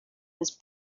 his